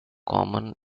common